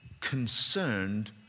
Concerned